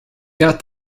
got